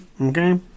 Okay